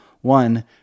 one